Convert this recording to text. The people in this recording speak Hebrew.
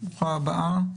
ברוכה הבאה.